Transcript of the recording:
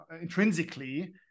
intrinsically